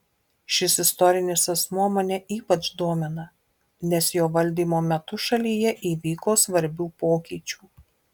šis istorinis asmuo mane ypač domina nes jo valdymo metu šalyje įvyko svarbių pokyčių